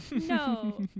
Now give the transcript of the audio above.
no